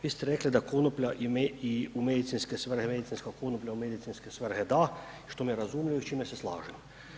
Vi ste rekli da konoplja u medicinske svrhe, medicinska konoplja u medicinske svrhe da, što mi je razumljivo i s čime se slažem.